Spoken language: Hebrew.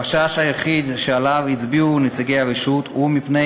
החשש היחיד שעליו הצביעו נציגי הרשות הוא מפני